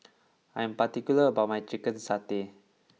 I am particular about my Chicken Satay